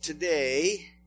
today